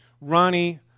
Ronnie